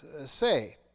say